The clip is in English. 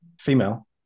Female